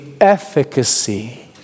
efficacy